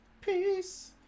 Peace